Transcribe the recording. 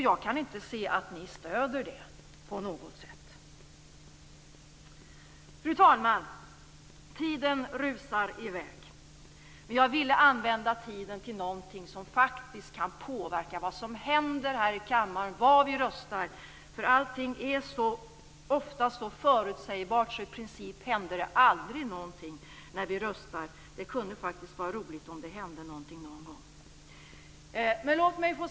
Jag kan inte se att ni stöder det på något sätt. Fru talman! Tiden rusar i väg. Men jag ville använda tiden till något som faktiskt kan påverka vad som händer här i kammaren och hur vi röstar. Allting är ofta så förutsägbart att det i princip aldrig händer någonting när vi röstar. Det kunde faktiskt vara roligt om det hände någonting någon gång.